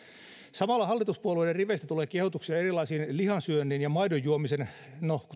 samalla hallituspuolueiden riveistä tulee kehotuksia erilaisiin lihan syönnin ja maidon juomisen no